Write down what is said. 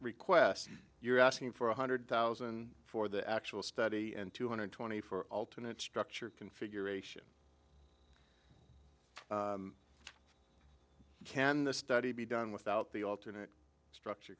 request you're asking for one hundred thousand for the actual study and two hundred twenty for alternate structure configuration can the study be done without the alternate structure